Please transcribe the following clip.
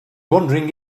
wondering